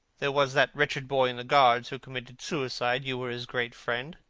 there was that wretched boy in the guards who committed suicide. you were his great friend.